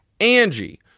Angie